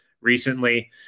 recently